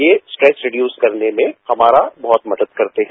ये stretch reduce करने में हमारा बहुत मदद करते हैं